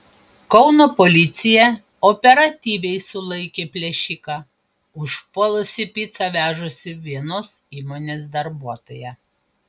kauno policija operatyviai sulaikė plėšiką užpuolusį picą vežusį vienos įmonės darbuotoją